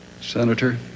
Senator